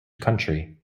country